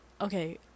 okay